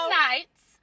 nights